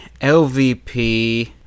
LVP